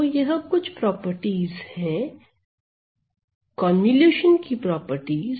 तो यह कुछ प्रॉपर्टीज हैं कन्वॉल्यूशन की प्रॉपर्टीज